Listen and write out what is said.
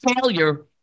failure